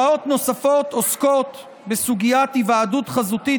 הוראות נוספות עוסקות בסוגיית היוועדות חזותית